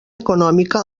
econòmica